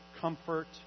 comfort